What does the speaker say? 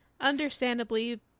Understandably